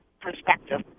perspective